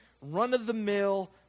run-of-the-mill